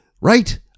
right